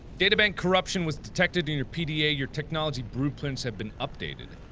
data bank corruption was detected in your pda your technology brooklyn's have been updated